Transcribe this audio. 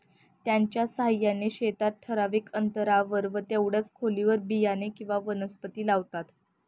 त्याच्या साहाय्याने शेतात ठराविक अंतरावर व तेवढ्याच खोलीवर बियाणे किंवा वनस्पती लावतात